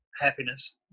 happiness